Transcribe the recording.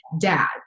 dad